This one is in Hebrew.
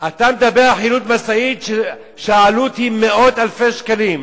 אתה מדבר על חילוט משאית שהעלות היא מאות אלפי שקלים.